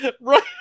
Right